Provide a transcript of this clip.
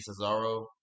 Cesaro